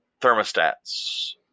thermostats